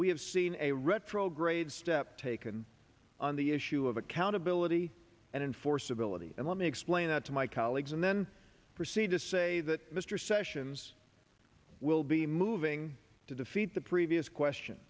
have seen a retro grade step taken on the issue of accountability and enforceability and let me explain that to my colleagues in the then proceed to say that mr sessions will be moving to defeat the previous question